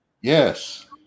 yes